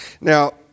Now